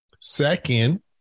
Second